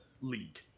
league